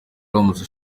uramutse